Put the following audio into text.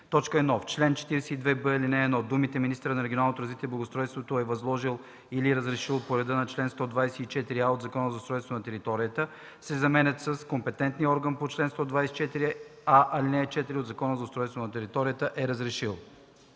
1. В чл. 42б, ал. 1 думите „министърът на регионалното развитие и благоустройството е възложил или разрешил по реда на чл. 124а от Закона за устройство на територията” се заменят с „компетентния орган по чл. 124а, ал. 4 от Закона за устройството на територията е разрешил”.